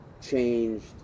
changed